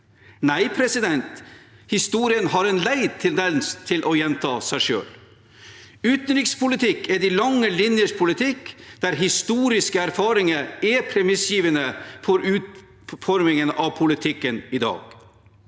seg. – Nei, historien har en lei tendens til å gjenta seg selv. Utenrikspolitikk er de lange linjers politikk, der historiske erfaringer er premissgivende for utformingen av politikken i dag.